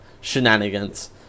shenanigans